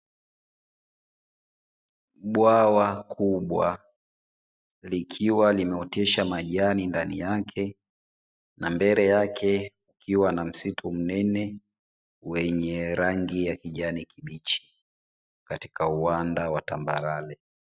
Bwawa kubwa likiwa limeotesha majani ndani yake, na mbele yake kukiwa na msitu mnene wenye rangi ya kijani kibichi katika uwanda wa tambarare.